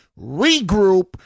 regroup